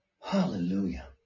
Hallelujah